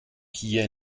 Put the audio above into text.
hier